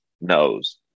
knows